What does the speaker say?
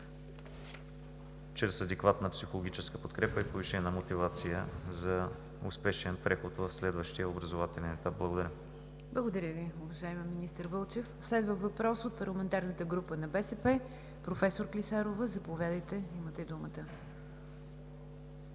чрез адекватна психологическа подкрепа и повишена мотивация за успешен преход в следващия образователен етап. Благодаря. ПРЕДСЕДАТЕЛ НИГЯР ДЖАФЕР: Благодаря Ви, уважаеми министър Вълчев. Следва въпрос от парламентарната група на „БСП за България“. Професор Клисарова, заповядайте – имате думата.